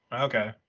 okay